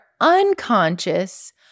unconscious